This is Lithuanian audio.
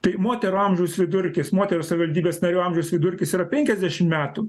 tai moterų amžiaus vidurkis moterų savivaldybės narių amžiaus vidurkis yra penkiasdešim metų